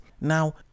Now